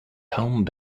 home